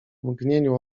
mgnieniu